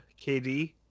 kd